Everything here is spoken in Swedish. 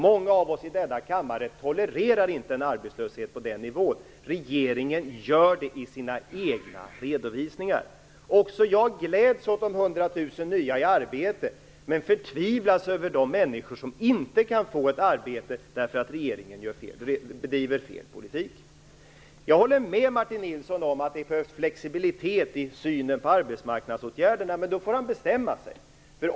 Många av oss i denna kammare tolererar inte en arbetslöshet på den nivån. Regeringen gör det i sina egna redovisningar. Också jag gläds åt de 100 000 nya i arbete, men förtvivlas över de människor som inte kan få ett arbete, därför att regeringen bedriver fel politik. Jag håller med Martin Nilsson om att det behövs flexibilitet i synen på arbetsmarknadsåtgärderna, men då får han bestämma sig.